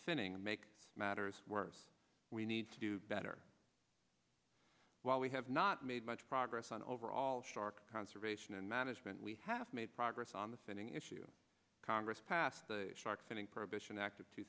sinning and make matters worse we need to do better while we have not made much progress on overall shark conservation and management we have made progress on the sending issue congress passed the shark finning prohibition act of two